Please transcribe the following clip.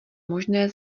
možné